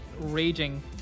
raging